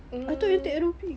mm